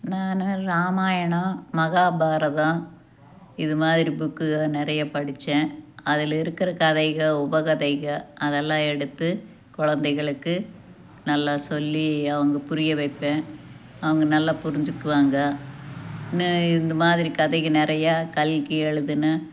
நான் ராமாயணம் மகாபாரதம் இது மாதிரி புக்குக நிறைய படிச்சேன் அதில் இருக்கிற கதைக உபகதைக அதெல்லாம் எடுத்து குழந்தைங்களுக்கு நல்லா சொல்லி அவங்க புரிய வைப்பன் அவங்க நல்லா புரிஞ்சிக்குவாங்க நே இந்த மாதிரி கதைக நிறையா கல்கி எழுதின